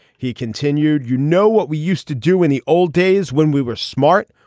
he continued you know what we used to do in the old days when we were smart.